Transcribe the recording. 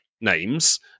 names